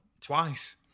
twice